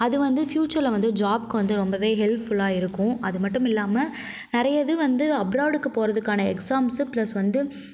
அது வந்து ஃபியுச்சரில் வந்து ஜாப்க்கு வந்து ரொம்பவே ஹெல்ப்ஃபுல்லாக இருக்கும் அது மட்டும் இல்லாமல் நிறையவே வந்து அப்ராடுக்கு போவதுக்கான எக்ஸாம்ஸ் ப்ளஸ் வந்து